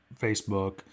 facebook